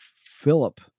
Philip